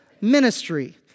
ministry